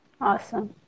Awesome